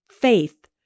faith